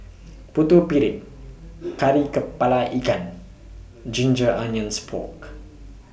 Putu Piring Kari Kepala Ikan Ginger Onions Pork